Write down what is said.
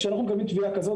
כשאנחנו מקבלים תביעה כזאת,